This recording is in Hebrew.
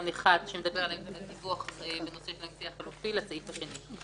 (1) שמדבר על אמצעי דיווח בנושא של האמצעי החלופי לסעיף השני.